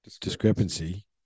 discrepancy